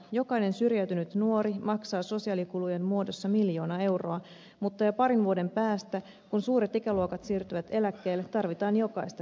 jokainen syrjäytynyt nuori maksaa sosiaalikulujen muodossa miljoona euroa mutta jo parin vuoden päästä kun suuret ikäluokat siirtyvät eläkkeelle tarvitaan jokaista käsiparia